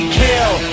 kill